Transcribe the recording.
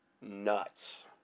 nuts